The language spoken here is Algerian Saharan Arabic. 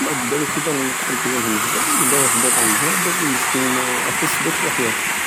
ومبعد دارو في بالهم الطفل ديالهم هبل وداوه لسبيطار مهابل مسكين فسدتلو حياتو